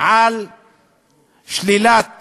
על שלילת